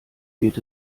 geht